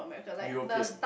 European